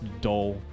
dull